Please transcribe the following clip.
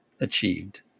achieved